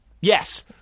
Yes